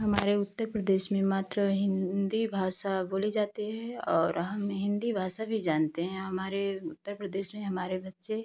हमारे उत्तर प्रदेश में मात्र हिन्दी भाषा बोली जाते हे और हम हिन्दी भाषा भी जानते हैं हमारे उत्तर प्रदेश में हमारे बच्चे